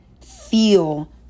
feel